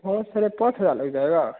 हाँ साढ़े पाँच हज़ार लग जाएगा